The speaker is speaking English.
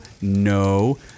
No